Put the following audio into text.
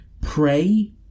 Pray